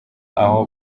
aho